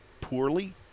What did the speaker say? poorly